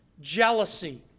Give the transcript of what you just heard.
jealousy